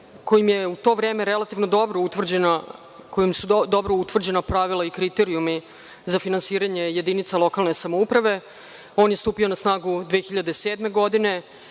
relativno dobro utvrđena pravila i kriterijumi za finansiranje jedinica lokalne samouprave. On je stupio na snagu 2007. godine.